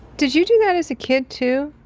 did you do that as a kid too?